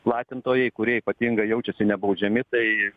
platintojai kurie ypatingai jaučiasi nebaudžiami tai